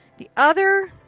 the other,